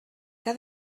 que